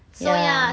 ya